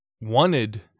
wanted